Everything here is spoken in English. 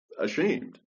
ashamed